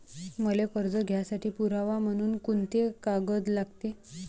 मले कर्ज घ्यासाठी पुरावा म्हनून कुंते कागद लागते?